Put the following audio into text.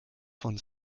von